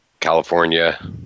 California